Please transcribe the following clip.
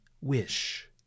wish